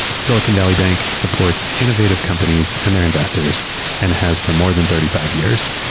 silicon valley bank supports innovative companies and their investors and has for more than thirty five years.